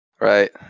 Right